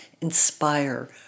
inspire